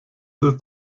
ist